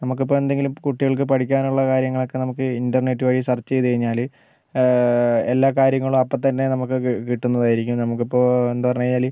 നമുക്കിപ്പോൾ എന്തെങ്കിലും കുട്ടികൾക്ക് പഠിക്കാനുള്ള കാര്യങ്ങളൊക്കെ നമുക്ക് ഇൻറർനെറ്റ് വഴി സെർച്ച് ചെയ്തു കഴിഞ്ഞാൽ എല്ലാ കാര്യങ്ങളും അപ്പത്തന്നെ നമുക്ക് കിട്ടും കിട്ടുന്നതായിരിക്കും നമുക്കിപ്പോൾ എന്താ പറഞ്ഞ് കഴിഞ്ഞാൽ